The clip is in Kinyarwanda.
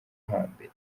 hambere